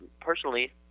personally